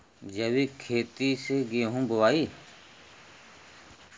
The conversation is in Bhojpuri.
जैविक खेती से गेहूँ बोवाई